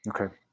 okay